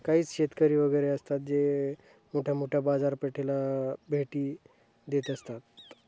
काहीच शेतकरी वगैरे असतात जे मोठ्या मोठ्या बाजारपेठेला भेटी देत असतात